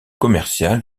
commerciale